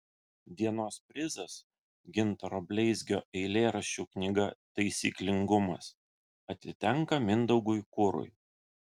dienos prizas gintaro bleizgio eilėraščių knyga taisyklingumas atitenka mindaugui kurui